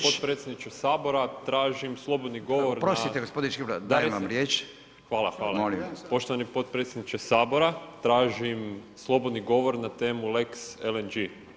potpredsjedniče Sabora, tražim slobodni govor [[Upadica Radin: Oprostite gospodine Škibola, dajem vam riječ.]] Hvala, hvala [[Upadica Radin: Molim.]] Poštovani potpredsjedniče Sabora, tražim slobodni govor na temu lex LNG.